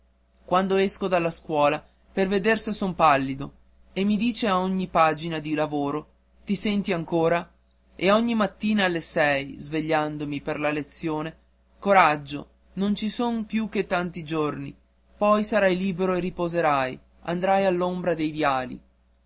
quando esco dalla scuola per veder se son pallido e mi dice a ogni pagina di lavoro ti senti ancora e ogni mattina alle sei svegliandomi per la lezione coraggio non ci son più che tanti giorni poi sarai libero e riposerai andrai all'ombra dei viali